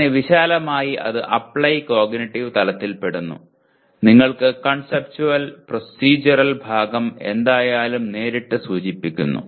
അങ്ങനെ വിശാലമായി അത് അപ്ലൈ കോഗ്നിറ്റീവ് തലത്തിൽ പെടുന്നു നിങ്ങൾക്ക് കൺസെപ്ച്വൽ പ്രൊസീജറൽ ഭാഗം എന്തായാലും നേരിട്ട് സൂചിപ്പിച്ചിരിക്കുന്നു